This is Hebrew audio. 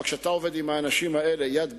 אבל כשאתה עובד עם האנשים האלה יד ביד,